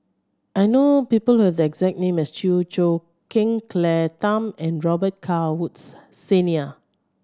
I know people who have the exact name as Chew Choo Keng Claire Tham and Robet Carr Woods Senior